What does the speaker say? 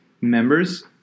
members